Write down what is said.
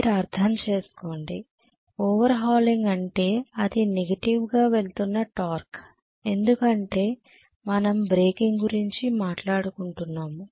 మీరు అర్థం చేసుకోండి ఓవర్ హాలింగ్ అంటే అది నెగిటివ్గా వెళ్తున్నా టార్క్ ఎందుకంటే మనం బ్రేకింగ్ గురించి మాట్లాడుకుంటున్నాము